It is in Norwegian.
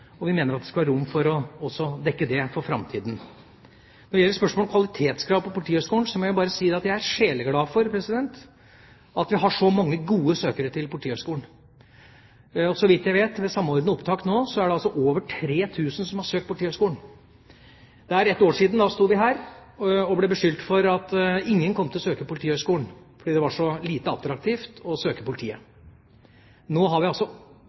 betydelig. Vi mener det skal være rom for å dekke også det i framtida. Når det gjelder spørsmålet om kvalitetskrav på Politihøgskolen, må jeg bare si at jeg er sjeleglad for at vi har så mange gode søkere til Politihøgskolen. Så vidt jeg vet, er det nå ved Samordna opptak over 3 000 som har søkt Politihøgskolen. For ett år siden sto vi her og ble beskyldt for at ingen kom til å søke Politihøgskolen, fordi det var så lite attraktivt å søke seg til politiet. Nå har vi